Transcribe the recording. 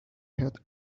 had